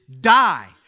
die